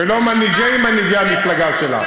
ולא מנהיגי מנהיגי המפלגה שלך.